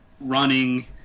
running